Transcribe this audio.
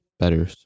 better